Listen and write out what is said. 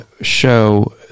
show